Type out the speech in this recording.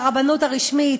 לרבנות הרשמית.